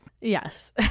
yes